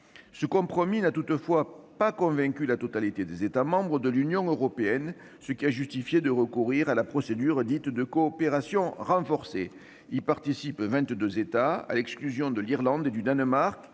Ce compromis n'a toutefois pas convaincu la totalité des États membres de l'Union européenne, ce qui a justifié de recourir à la procédure dite de coopération renforcée. Y participent 22 États, à l'exclusion de l'Irlande et du Danemark,